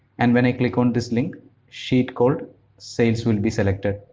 and when i click on this link sheet called sales will be selected.